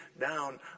down